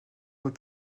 voie